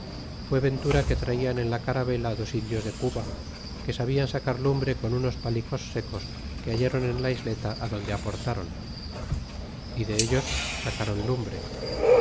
fué ventura que traian en la caravela dos indios de cuba que sabian sacar lumbre con unos palicos secos que hallron en la isleta adonde aportron é dellos sacaron lumbre